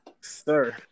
sir